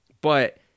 But-